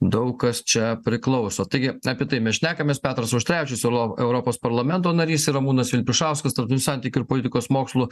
daug kas čia priklauso taigi apie tai mes šnekamės petras auštrevičius euro europos parlamento narys ramūnas vilpišauskas tarptautinių santykių ir politikos mokslų